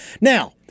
Now